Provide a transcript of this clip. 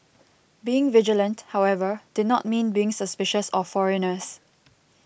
being vigilant however did not mean being suspicious of foreigners